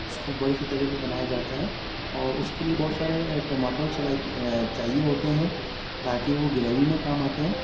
اس کو بڑے سے توے پہ بنایا جاتا ہے اور اس کے لئے بہت سارے ٹومیٹو چاہیے ہوتے ہیں تاکہ وہ گریوی میں کام آتے ہیں